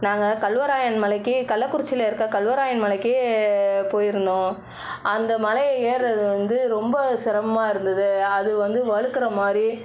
நாங்கள் கல்வராயன் மலைக்கு கள்ளக்குறிச்சியில் இருக்கற கல்வராயன் மலைக்கு போயிருந்தோம் அந்த மலையை ஏர்றது வந்து ரொம்ப சிரமமா இருந்தது அது வந்து வழுக்குற மாதிரி